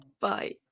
Bye